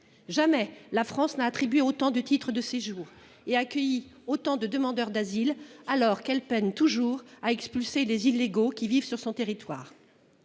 Jamais la France n'a attribué autant de titres de séjour et accueilli autant de demandeurs d'asile, alors qu'elle peine toujours à expulser les illégaux qui vivent sur son territoire.